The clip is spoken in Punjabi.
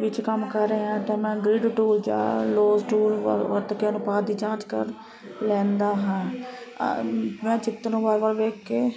ਵਿੱਚ ਕੰਮ ਕਰ ਰਿਹਾ ਤਾਂ ਮੈਂ ਗਰਿਡ ਟੂਲ ਜਾਂ ਲੋਕ ਟੂਲ ਵ ਰਤ ਕੇ ਅਨੁਪਾਤ ਦੀ ਜਾਂਚ ਕਰ ਲੈਂਦਾ ਹਾਂ ਮੈਂ ਚਿੱਤਰ ਨੂੰ ਵਾਰ ਵਾਰ ਵੇਖ ਕੇ